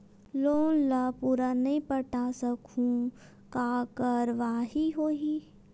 Loan ला पूरा नई पटा सकहुं का कारवाही होही?